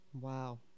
wow